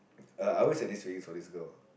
uh I always had this feelings for this girl